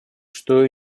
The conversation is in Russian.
что